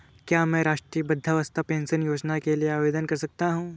क्या मैं राष्ट्रीय वृद्धावस्था पेंशन योजना के लिए आवेदन कर सकता हूँ?